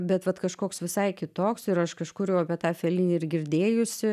bet vat kažkoks visai kitoks ir aš kažkur jau apie tą felinį ir girdėjusi